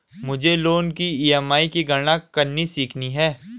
मुझे लोन की ई.एम.आई की गणना करनी सीखनी है